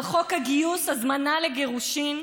על חוק הגיוס: הזמנה לגירושין,